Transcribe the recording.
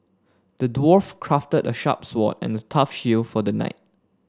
the dwarf crafted a sharp sword and a tough shield for the knight